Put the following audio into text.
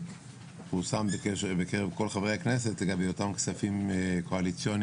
שפורסם בקרב כל חברי הכנסת לגבי אותם כספים קואליציוניים